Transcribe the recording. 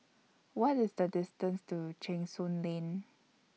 What IS The distance to Cheng Soon Lane